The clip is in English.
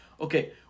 Okay